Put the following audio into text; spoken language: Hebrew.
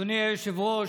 אדוני היושב-ראש,